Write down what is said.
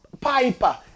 piper